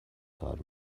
کار